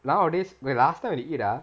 nowadays wait last time when we eat ah